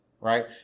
right